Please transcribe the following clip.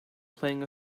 playing